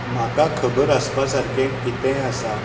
म्हाका खबर आसपा सारकें कितें आसा